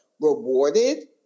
rewarded